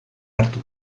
hartu